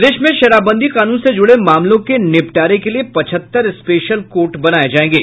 प्रदेश में शराबबंदी कानून से जुड़े मामलों के निपटारे के लिए पचहत्तर स्पेशल कोर्ट बनाये जायेंगे